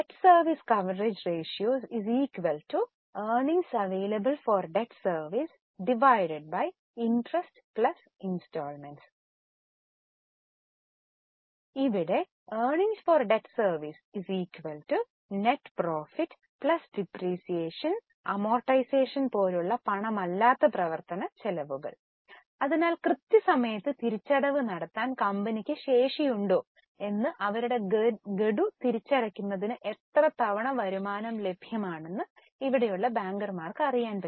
debt service coverage ratio earnings available for debt service interest installments ഇവിടെ earnings for debt service net profit depreciation amortization പോലുള്ള പണമല്ലാത്ത പ്രവർത്തന ചെലവുകൾ അതിനാൽ കൃത്യസമയത്ത് തിരിച്ചടവ് നടത്താൻ കമ്പനിക്ക് ശേഷിയുണ്ടോ എന്ന് അവരുടെ ഗഡു തിരിച്ചടയ്ക്കുന്നതിന് എത്ര തവണ വരുമാനം ലഭ്യമാണെന്ന് ഇവിടെയുള്ള ബാങ്കർമാർക്ക് അറിയാം